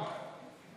נכון.